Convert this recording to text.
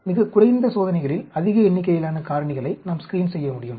மிகக் குறைந்த சோதனைகளில் அதிக எண்ணிக்கையிலான காரணிகளை நாம் ஸ்க்ரீன் செய்ய முடியும்